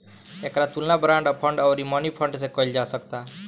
एकर तुलना bond fund अउरी money fund से कईल जा सकता